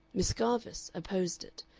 miss garvice, opposed it,